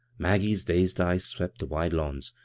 maggie's dazed eyes swept the wide lawns,